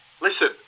listen